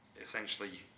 essentially